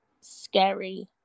scary